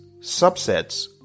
subsets